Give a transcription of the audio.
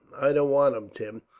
i don't want him, tim.